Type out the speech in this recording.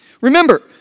Remember